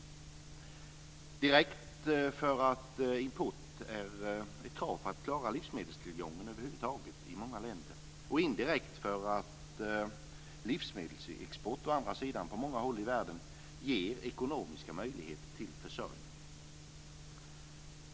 Den är direkt för att import är ett krav för att över huvud taget klara livsmedelstillgången i många länder, och den är indirekt för att livsmedelsexport ger på många håll i världen ekonomiska möjligheter till försörjning.